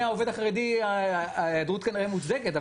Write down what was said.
בעיני העובד החרדי ההיעדרות כנראה מוצדקת,